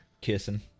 Kissing